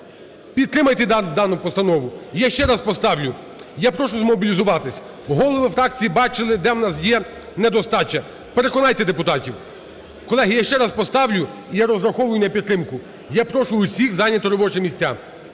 підтримайте дану постанову. Я ще раз поставлю, я прошу змобілізуватись. Голови фракцій бачили, де у нас є недостача, переконайте депутатів. Колеги, я ще раз поставлю, я розраховую на підтримку. Я прошу всіх зайняти робочі місця,